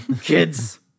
kids